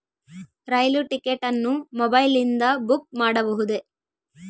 ರೈಲು ticket ಅನ್ನು ಮೊಬೈಲಿಂದ book ಮಾಡಬಹುದೆ?